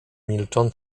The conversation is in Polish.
milczą